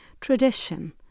Tradition